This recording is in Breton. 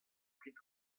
kuit